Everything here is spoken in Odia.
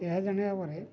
ଏହା ଜାଣିବା ପରେ